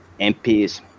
MPs